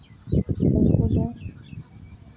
ᱩᱱᱠᱩ ᱫᱚ